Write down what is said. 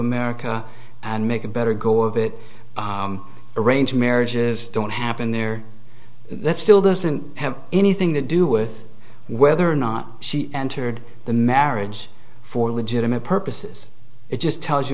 america and make a better go of it arranged marriages don't happen there that still doesn't have anything to do with whether or not she entered the marriage for legitimate purposes it just tells you